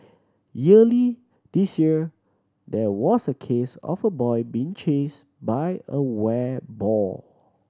earlier this year there was a case of a boy being chased by a wild boar